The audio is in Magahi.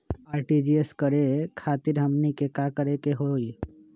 आर.टी.जी.एस करे खातीर हमनी के का करे के हो ई?